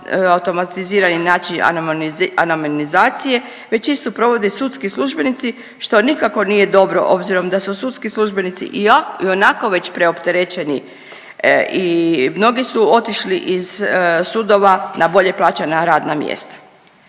automatizirani način anonimizacija već istu provode sudski službenici što nikako nije dobro obzirom da su sudski službenici ionako već preopterećeni i mnogi su otišli iz sudova na bolje plaćena radna mjesta.